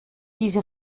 diese